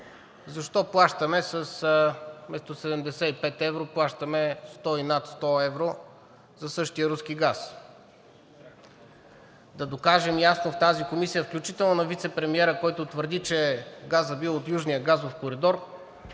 евро плащаме 100 и над 100 евро за същия руски газ? Да докажем ясно в тази комисия, включително на вицепремиера, който твърди, че газът бил от Южния газов коридор,